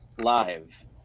live